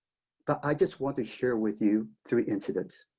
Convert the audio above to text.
but i just want to share with you three incidents,